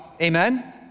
Amen